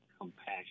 compassion